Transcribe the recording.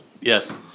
yes